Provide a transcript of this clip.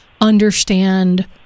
understand